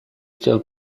still